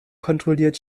kontrolliert